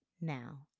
Now